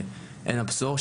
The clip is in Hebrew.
אני גר בעין הבשור,